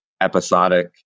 episodic